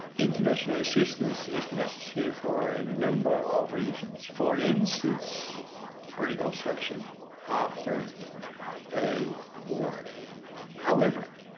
international assistance is necessary for a number of reasons for instance reconstruction after a war however,